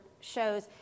shows